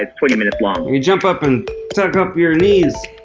ah twenty minutes long. you jump up and tuck up your knees.